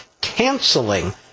canceling